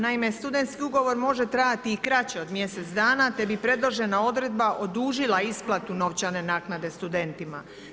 Naime studentski ugovor može trajati i kraće od mjesec dana te bi predložena odredba odužila isplatu novčane naknade studentima.